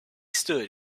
stood